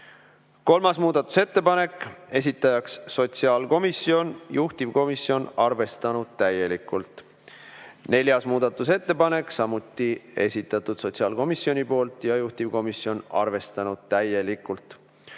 Kolmas muudatusettepanek, esitaja sotsiaalkomisjon, juhtivkomisjon on arvestanud täielikult. Neljas muudatusettepanek, samuti sotsiaalkomisjoni esitatud ja juhtivkomisjon on arvestanud täielikult.